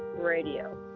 Radio